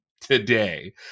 today